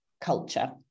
culture